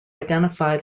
identify